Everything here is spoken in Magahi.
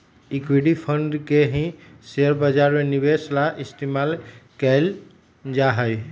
इक्विटी फंड के ही शेयर बाजार में निवेश ला इस्तेमाल कइल जाहई